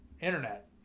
Internet